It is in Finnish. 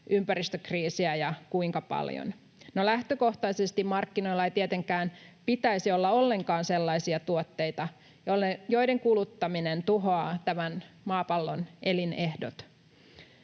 ympäristökriisiä ja kuinka paljon. No, lähtökohtaisesti markkinoilla ei tietenkään pitäisi olla ollenkaan sellaisia tuotteita, joiden kuluttaminen tuhoaa maapallon elinehdot.